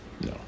No